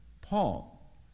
Paul